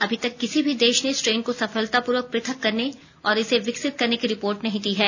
अभी तक किसी भी देशने स्ट्रेन को सफलतापूर्वक पृथक करने और इसे विकसित करने की रिपोर्ट नहीं दी है